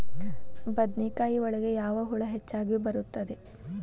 ಬದನೆಕಾಯಿ ಒಳಗೆ ಯಾವ ಹುಳ ಹೆಚ್ಚಾಗಿ ಬರುತ್ತದೆ?